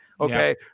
okay